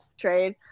trade